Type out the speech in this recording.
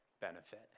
benefit